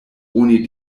oni